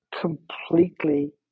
completely